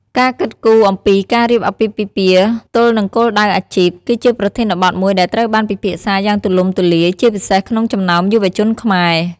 ការគិតគូរអំពីការរៀបអាពាហ៍ពិពាហ៍ទល់នឹងគោលដៅអាជីព គឺជាប្រធានបទមួយដែលត្រូវបានពិភាក្សាយ៉ាងទូលំទូលាយ ជាពិសេសក្នុងចំណោមយុវជនខ្មែរ។